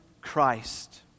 Christ